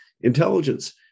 intelligence